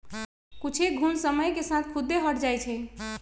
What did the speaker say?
कुछेक घुण समय के साथ खुद्दे हट जाई छई